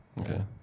Okay